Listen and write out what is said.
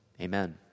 Amen